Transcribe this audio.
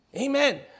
Amen